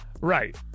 Right